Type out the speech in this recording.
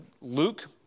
Luke